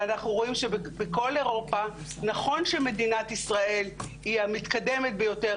ואנחנו רואים שבכל אירופה נכון שמדינת ישראל היא המתקדמת ביותר,